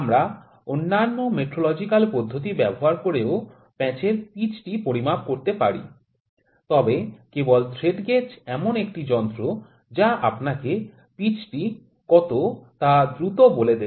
আমরা অন্যান্য মেট্রোলজিকাল পদ্ধতি ব্যবহার করেও প্যাঁচের পিচটি পরিমাপ করতে পারি তবে কেবল থ্রেড গেজ এমন একটি যন্ত্র যা আপনাকে পিচটি কত তা দ্রুত বলে দেবে